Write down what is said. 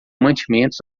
mantimentos